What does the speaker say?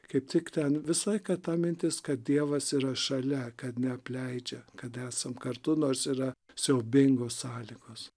kaip tik ten visai kad ta mintis kad dievas yra šalia kad neapleidžia kad esam kartu nors yra siaubingos sąlygos